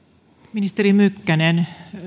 ministeri mykkänen